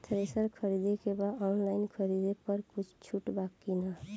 Thresher खरीदे के बा ऑनलाइन खरीद पर कुछ छूट बा कि न?